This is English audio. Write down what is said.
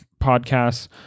podcasts